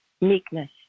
meekness